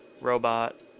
robot